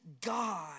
God